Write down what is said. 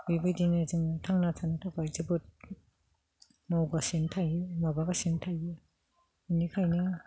बेबायदिनो जोङो थांना थानो थाखाय जोबोद मावगासिनो थायो माबागासिनो थायो बेनिखायनो